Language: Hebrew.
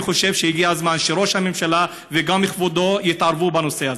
אני חושב שהגיע הזמן שראש הממשלה וגם כבודו יתערבו בנושא הזה.